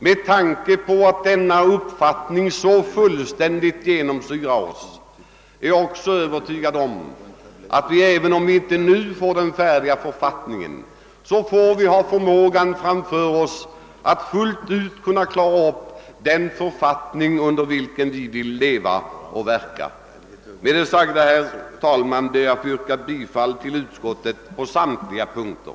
Med tanke på att denna uppfattning så fullständigt genomsyrar oss är jag också övertygad om att vi, även om vi inte nu får en fullständig författningsreform, i en framtid skall ha förmåga att helt och fullt skapa den författning under vilken vi vill leva och verka. Med det sagda, herr talman, ber jag att få yrka bifall till vad utskottet hemställt på samtliga punkter.